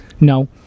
No